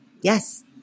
Yes